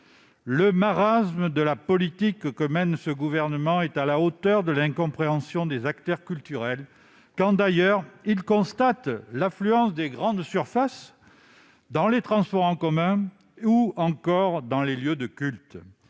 Le marasme de la politique que mène ce gouvernement est à la hauteur de l'incompréhension des acteurs culturels quand ceux-ci constatent l'affluence dans les grandes surfaces, dans les transports en commun ou dans les lieux de culte.